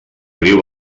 riu